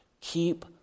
Keep